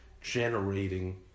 generating